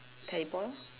teleport lor